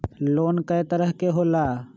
Loan कय तरह के होला?